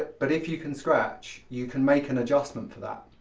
but if you can scratch, you can make an adjustment for that.